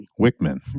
Wickman